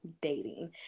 dating